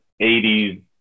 80s